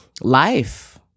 Life